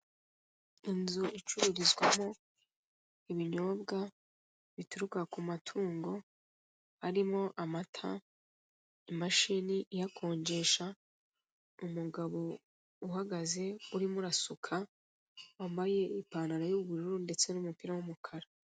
Inzu icururizwamo ibinyobwa bituruka ku matungo harimo amata, imashini iyakonjesha, umugabo uhagaze urimo urasuka wambaye ipantaro y'ubururu ndetse n'umupira w'umukara.